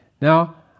Now